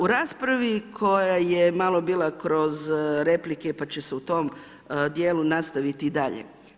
U raspravi koja je malo bila kroz replike pa će se u tom djelu nastaviti i dalje.